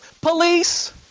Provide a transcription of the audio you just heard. Police